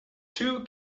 two